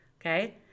Okay